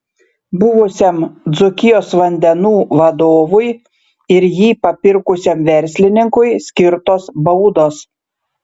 buvusiam dzūkijos vandenų vadovui ir jį papirkusiam verslininkui skirtos baudos